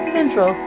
Central